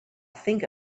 think